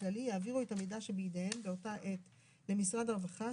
הכללי יעבירו את המידע שבידיהם באותה עת למשרד הרווחה,